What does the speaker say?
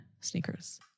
sneakers